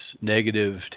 negative